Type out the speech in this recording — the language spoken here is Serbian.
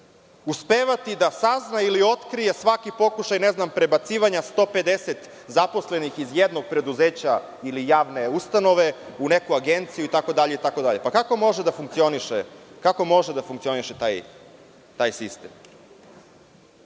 uspevati da sazna ili otkrije svaki pokušaj, ne znam, prebacivanja 150 zaposlenih iz jednog preduzeća ili javne ustanove u neku agenciju, itd. Kako može da funkcioniše taj sistem? Što